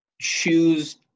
choose